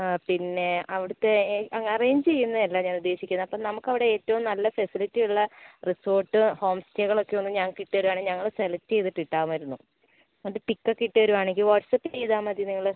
ആ പിന്നെ അവിടുത്തെ അറേഞ്ച് ചെയ്യുന്നതല്ല ഞാൻ ഉദ്ദേശിക്കുന്നത് അപ്പോൾ നമുക്കവിടെ ഏറ്റവും നല്ല ഫെസിലിറ്റിയുള്ള റിസോർട്ട് ഹോംസ്റ്റേകളൊക്കെയൊന്ന് ഞങ്ങൾക്ക് ഇട്ടു തരികയാണെങ്കിൽ ഞങ്ങൾ സെലക്ട് ചെയ്തിട്ട് ഇടാമായിരുന്നു ഒരു പിക്കൊക്കെ ഇട്ടു തരികയാണെങ്കിൽ വാട്സപ്പ് ചെയ്താൽ മതി നിങ്ങൾ